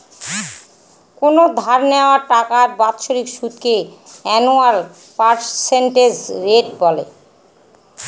কোনো ধার নেওয়া টাকার বাৎসরিক সুদকে আনুয়াল পার্সেন্টেজ রেট বলে